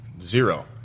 zero